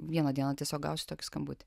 vieną dieną tiesiog gausiu tokį skambutį